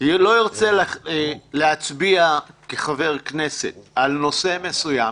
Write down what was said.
לא ירצה להצביע כחבר כנסת על נושא מסוים,